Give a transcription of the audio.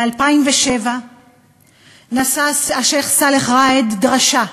ב-2007 נשא השיח' ראאד סלאח דרשה,